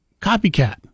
copycat